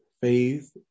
Faith